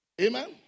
Amen